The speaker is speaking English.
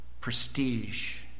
prestige